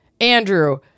Andrew